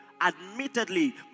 admittedly